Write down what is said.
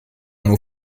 nur